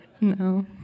No